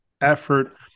effort